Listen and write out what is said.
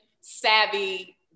savvy